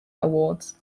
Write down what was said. awards